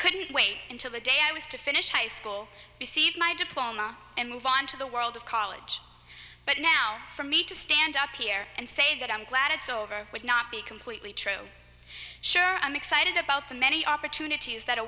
couldn't wait until the day i was to finish high school receive my diploma and move on to the world of college but now for me to stand up here and say that i'm glad it's over would not be completely true sure i'm excited about the many opportunities that a